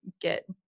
get